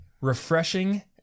refreshing